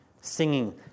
singing